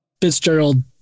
Fitzgerald